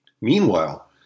Meanwhile